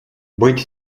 быть